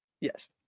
Yes